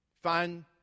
fine